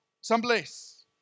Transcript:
someplace